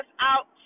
out